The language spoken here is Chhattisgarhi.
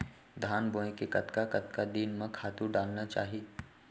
धान बोए के कतका कतका दिन म खातू डालना चाही?